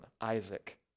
Isaac